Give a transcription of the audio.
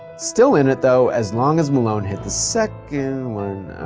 still in it, though, as long as malone hit the second one.